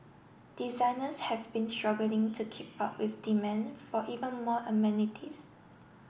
designers have been struggling to keep up with demand for even more amenities